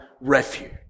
refuge